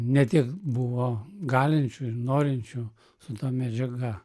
ne tiek buvo galinčių ir norinčių su ta medžiaga